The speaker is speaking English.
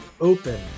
open